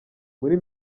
muri